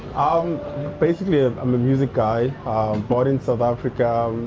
i'm basically, ah i'm a music guy born in south africa.